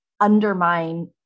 undermine